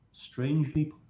strangely